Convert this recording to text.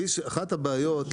אחת הבעיות,